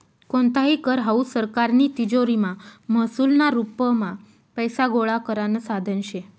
कोणताही कर हावू सरकारनी तिजोरीमा महसूलना रुपमा पैसा गोळा करानं साधन शे